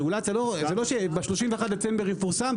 רגולציה זה לא שב- 31 לדצמבר יפורסם,